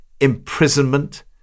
imprisonment